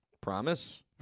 Promise